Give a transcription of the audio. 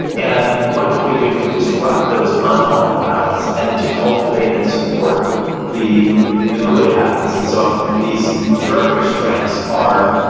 and what can we do to disrupt those unhelpful habits, and to cultivate and support the the good habits? and so these character strengths are,